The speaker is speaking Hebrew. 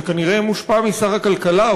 שכנראה מושפע משר הכלכלה,